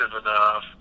enough